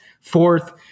fourth